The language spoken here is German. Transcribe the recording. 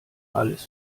alles